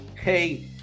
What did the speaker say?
hey